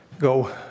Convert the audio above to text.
Go